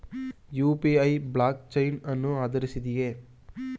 UPI blockchain ಅನ್ನು ಆಧರಿಸಿದೆಯೇ?